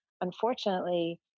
unfortunately